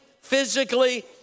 physically